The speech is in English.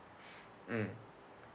mm